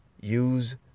Use